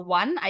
one